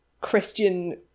Christian